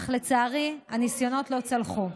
אך לצערי הניסיונות לא צלחו.